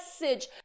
message